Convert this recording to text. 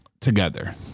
together